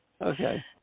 Okay